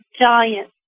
giant